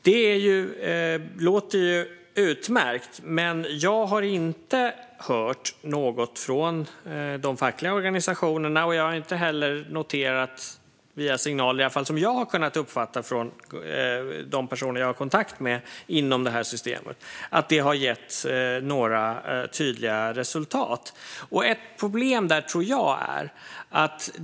Det låter utmärkt, men jag har inte hört något från de fackliga organisationerna. Jag har inte heller noterat några signaler - i alla fall inga som jag har kunnat uppfatta - från de personer som jag har kontakt med inom det här systemet om att detta har gett några tydliga resultat. Jag tror att det finns ett problem med detta.